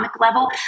level